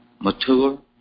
mature